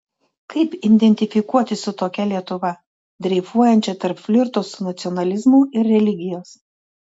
kaip identifikuotis su tokia lietuva dreifuojančia tarp flirto su nacionalizmu ir religijos